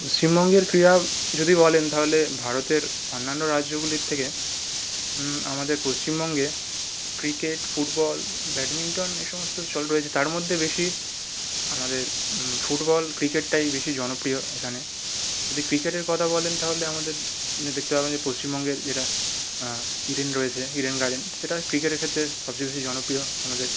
পশ্চিমবঙ্গের ক্রীড়া যদি বলেন তাহলে ভারতের অন্যান্য রাজ্যগুলির থেকে আমাদের পশ্চিমবঙ্গে ক্রিকেট ফুটবল ব্যাডমিন্টন এই সমস্ত চল রয়েছে তার মধ্যে বেশি আমাদের ফুটবল ক্রিকেটটাই বেশি জনপ্রিয় এখানে যদি ক্রিকেটের কথা বলেন তাহলে আমাদের মানে দেখতে হবে যে পশ্চিমবঙ্গের যেটা ইডেন রয়েছে ইডেন গার্ডেন সেটা ক্রিকেটের ক্ষেত্রে সবচেয়ে বেশি জনপ্রিয় আমাদের